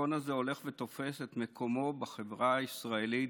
הניצחון הזה הולך ותופס את מקומו בחברה הישראלית,